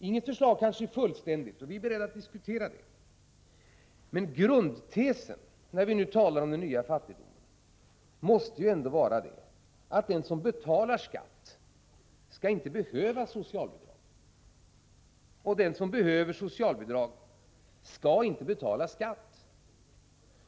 Inget förslag är fullständigt, och vi är beredda att diskutera. Men grundtesen, när vi nu talar om den nya fattigdomen, måste ändå vara att den som betalar skatt inte skall behöva socialbidrag, och att den som behöver socialbidrag inte skall betala skatt.